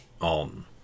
on